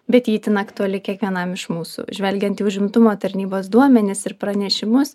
bet ji itin aktuali kiekvienam iš mūsų žvelgiant į užimtumo tarnybos duomenis ir pranešimus